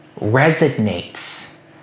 resonates